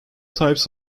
types